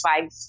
five